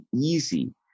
easy